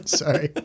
sorry